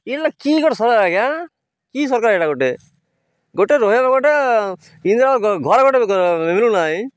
ଆଜ୍ଞା କି ସରକାର ଏଇଟା ଗୋଟେ ଗୋଟେ ଗୋଟେ ଇନ୍ଦିରା ଘର ଗୋଟେ ମିଳୁ ନାଇ